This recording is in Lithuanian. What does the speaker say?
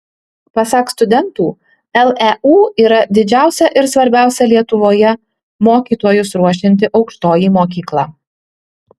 pasak studentų leu yra didžiausia ir svarbiausia lietuvoje mokytojus ruošianti aukštoji mokykla